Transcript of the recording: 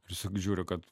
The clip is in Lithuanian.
ir žiūriu kad